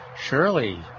surely